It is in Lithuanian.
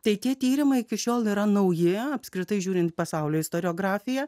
tai tie tyrimai iki šiol yra nauja apskritai žiūrint pasaulio istoriografija